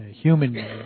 human